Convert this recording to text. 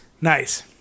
Nice